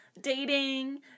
dating